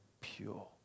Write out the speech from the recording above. pure